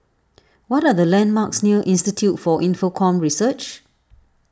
what are the landmarks near Institute for Infocomm Research